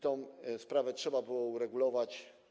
Tę sprawę trzeba było uregulować.